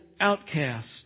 outcast